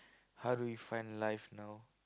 how do you find life now